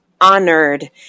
honored